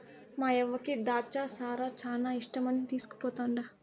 మాయవ్వకి ద్రాచ్చ సారా శానా ఇష్టమని తీస్కుపోతండా